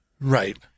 right